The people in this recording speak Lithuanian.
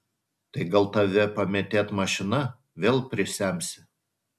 tai gal tave pamėtėt mašina vėl prisemsi